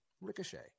RICOCHET